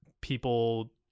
people